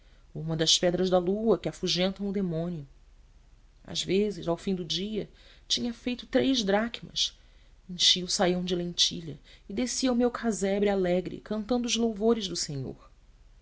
uma das pedras da lua que afugentam o demônio as vezes ao fim do dia tinha feito três dracmas enchia o saião de lentilha e descia ao meu casebre alegre cantando os louvores do senhor